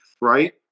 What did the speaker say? Right